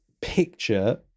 picture